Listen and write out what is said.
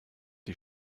die